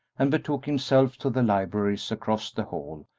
and betook himself to the libraries across the hall,